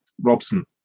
Robson